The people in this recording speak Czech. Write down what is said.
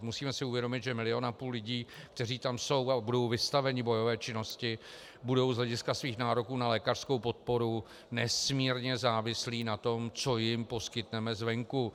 Musíme si uvědomit, že 1,5 milionu lidí, kteří tam jsou a budou vystaveni bojové činnosti, budou z hlediska svých nároků na lékařskou podporu nesmírně závislí na tom, co jim poskytneme zvenku.